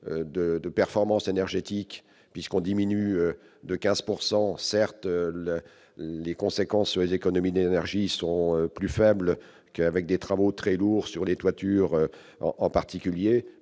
de performance énergétique puisqu'on diminue de 15 pourcent certes le les conséquences sur les économies d'énergie sont plus faibles qu'avec des travaux très lourd sur les toitures en particulier,